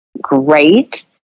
great